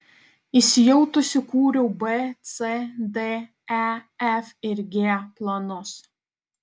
įsijautusi kūriau b c d e f ir g planus